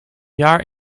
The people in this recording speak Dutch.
jaar